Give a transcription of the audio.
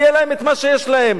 ויהיה להם את מה שיש להם.